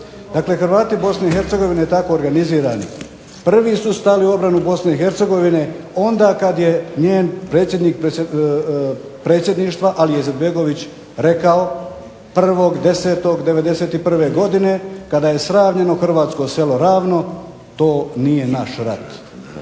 Dakle, Hrvati BiH tako organizirani prvi su stali u obranu BiH onda kada je njen predsjednik predsjedništva Alija Izetbegović rekao 1. 10. 91. godine kada je sravnjeno Hrvatsko selo Ravno to nije naš rat.